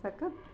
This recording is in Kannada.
ಸಾಕಾ